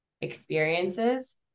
experiences